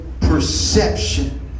perception